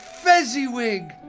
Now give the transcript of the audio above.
Fezziwig